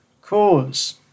cause